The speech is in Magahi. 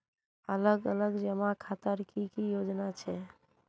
अलग अलग जमा खातार की की योजना छे?